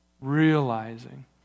realizing